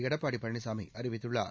எடப்பாடி பழனிசாமி அறிவித்துள்ளார்